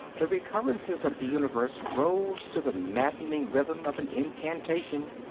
the recurrences of the universe rose to the maddening rhythm of an incantation,